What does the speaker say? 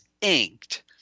Inked